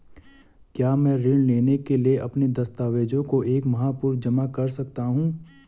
क्या मैं ऋण लेने के लिए अपने दस्तावेज़ों को एक माह पूर्व जमा कर सकता हूँ?